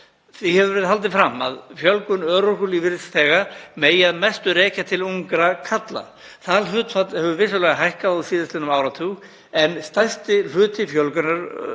Því hefur verið haldið fram að fjölgun örorkulífeyrisþega megi að mestu rekja til ungra karla. Það hlutfall hefur vissulega hækkað á síðastliðnum áratugum, en stærsti hluti fjölgunar